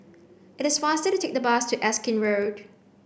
it is faster to take the bus to Erskine Road